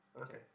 okay